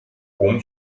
cum